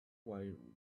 while